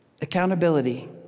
Accountability